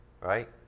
right